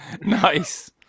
Nice